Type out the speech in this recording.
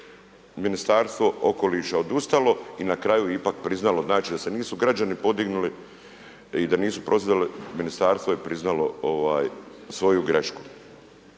Ministarstvo okoliša odustalo i na kraju ipak priznalo. Znači da se nisu građani podignuli i da nisu prozvali ministarstvo je priznalo svoju grešku.